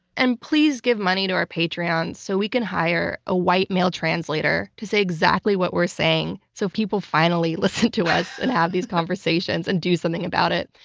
and please give money to our patreon so we can hire a white male translator to say exactly what we're saying so people finally listen to us and have these conversations and do something about it.